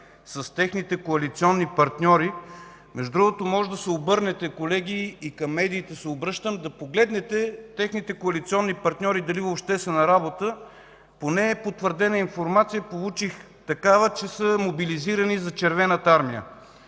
с техните коалиционни партньори. Между другото може да се обърнете, колеги, обръщам се и към медиите, да погледнете техните коалиционни партньори дали въобще са на работа. По непотвърдена информация, получих такава, че са мобилизирани за Червената армия